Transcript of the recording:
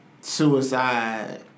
suicide